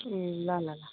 ल ल ल